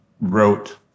wrote